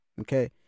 Okay